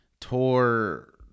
tore